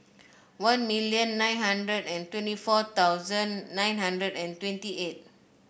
one million nine hundred and twenty four thousand nine hundred and twenty eight